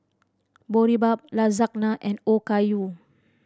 Boribap Lasagna and Okayu